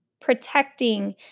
protecting